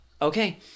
Okay